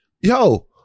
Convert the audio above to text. yo